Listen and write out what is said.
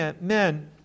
men